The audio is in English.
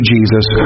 Jesus